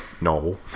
no